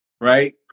Right